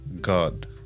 God